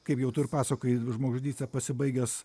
kaip jau tu ir pasakojai žmogžudyste pasibaigęs